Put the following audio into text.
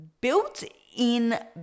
built-in